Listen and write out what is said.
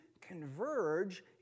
converge